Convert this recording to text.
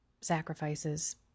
sacrifices